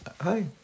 hi